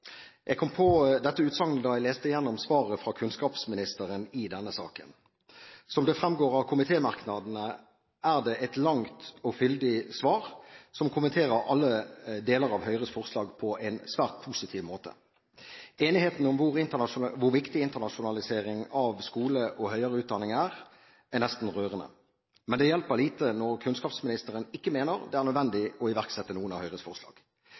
Jeg kom på dette utsagnet da jeg leste igjennom svaret fra kunnskapsministeren i denne saken. Som det fremgår av komitemerknadene, er det et langt og fyldig svar som kommenterer alle deler av Høyres forslag på en svært positiv måte. Enigheten om hvor viktig internasjonalisering av skole og høyere utdanning er, er nesten rørende. Men det hjelper lite når kunnskapsministeren ikke mener det er nødvendig å iverksette noen av Høyres forslag.